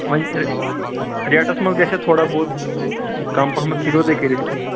وۄنۍ ریٹس منٛز گَژھیا تھوڑا بہت کم پہمتھ ہیٚکوا تُہۍ کٔرتھ کینہہ